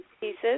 pieces